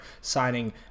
signing